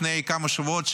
לפני כמה שבועות,